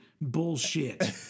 bullshit